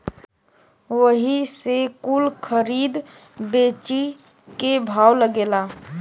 वही से कुल खरीद बेची के भाव लागेला